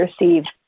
received